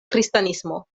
kristanismo